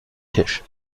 tisch